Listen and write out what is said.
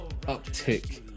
uptick